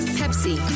pepsi